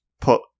put